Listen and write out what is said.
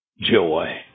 joy